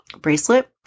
bracelet